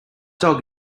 dog